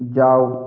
যাও